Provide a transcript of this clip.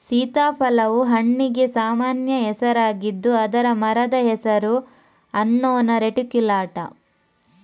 ಸೀತಾಫಲವು ಹಣ್ಣಿಗೆ ಸಾಮಾನ್ಯ ಹೆಸರಾಗಿದ್ದು ಅದರ ಮರದ ಹೆಸರು ಅನ್ನೊನಾ ರೆಟಿಕ್ಯುಲಾಟಾ